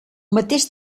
mateix